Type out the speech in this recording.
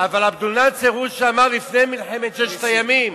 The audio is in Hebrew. אבל עבד אל-נאצר הוא שאמר זאת לפני מלחמת ששת הימים.